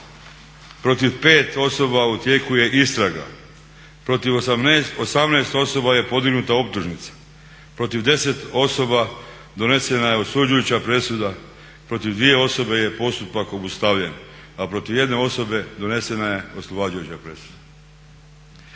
protiv 5 osoba u tijeku je istraga, protiv 18 osoba je podignuta optužnica, protiv 10 osoba donesena je osuđujuća presuda, protiv 2 osobe je postupak obustavljen, a protiv 1 osobe donesena je oslobađajuća presuda.